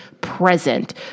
present